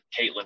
Caitlin